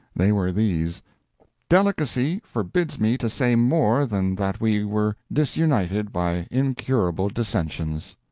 they were these delicacy forbids me to say more than that we were disunited by incurable dissensions.